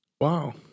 wow